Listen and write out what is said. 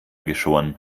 geschoren